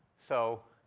so